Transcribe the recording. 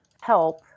help